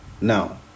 now